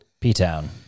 P-town